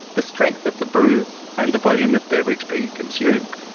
the strength of the brew and the volume of beverage being consumed.